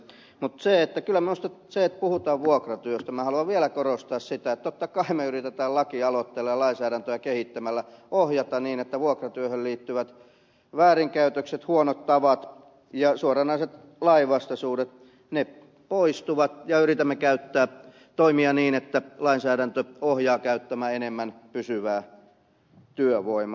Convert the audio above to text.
mutta kun puhutaan vuokratyöstä kyllä minä haluan vielä korostaa sitä että totta kai me yritämme lakialoitteella ja lainsäädäntöä kehittämällä ohjata niin että vuokratyöhön liittyvät väärinkäytökset huonot tavat ja suoranaiset lainvastaisuudet poistuvat ja yritämme toimia niin että lainsäädäntö ohjaa käyttämään enemmän pysyvää työvoimaa